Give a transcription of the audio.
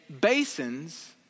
basins